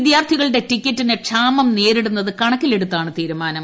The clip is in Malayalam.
വിദ്യാർത്ഥികളുടെ ടിക്കറ്റിന് ക്ഷാമം നേരിടുന്നത് കണക്കിലെടുത്താണ് തീരുമാനം